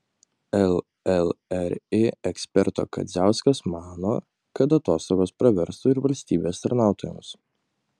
llri eksperto kadziauskas mano kad atostogos praverstų ir valstybės tarnautojams